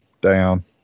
down